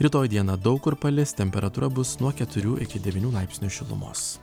rytoj dieną daug kur palis temperatūra bus nuo keturių iki devynių laipsnių šilumos